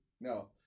no